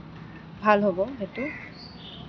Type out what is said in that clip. ভাল হ'ব সেইটো